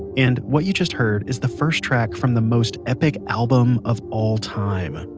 and what you just heard is the first track from the most epic album of all time.